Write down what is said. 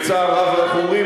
בצער רב אנחנו אומרים,